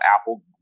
Apple